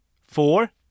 Four